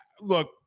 Look